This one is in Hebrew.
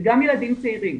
וגם ילדים צעירים.